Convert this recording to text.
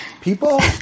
people